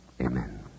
Amen